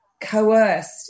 coerced